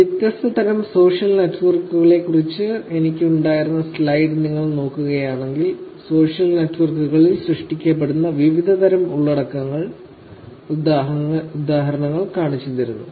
വ്യത്യസ്ത തരം സോഷ്യൽ നെറ്റ്വർക്കുകളെക്കുറിച്ച് എനിക്ക് ഉണ്ടായിരുന്ന സ്ലൈഡ് നിങ്ങൾ നോക്കുകയാണെങ്കിൽ സോഷ്യൽ നെറ്റ്വർക്കുകളിൽ സൃഷ്ടിക്കപ്പെടുന്ന വിവിധതരം ഉള്ളടക്കങ്ങളുടെ ഉദാഹരണങ്ങൾ കാണിച്ചുതരുന്നു